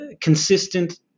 consistent